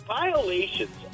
Violations